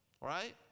Right